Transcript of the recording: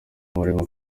murimo